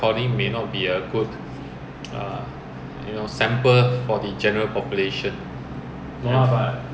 then 就算他讲华语他的华语也是有那个中国不同省的腔而不是我们 normal 新加坡人的